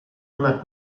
una